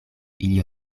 ili